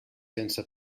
sense